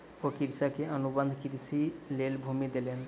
ओ कृषक के अनुबंध कृषिक लेल भूमि देलैन